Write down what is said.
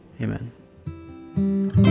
Amen